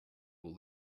all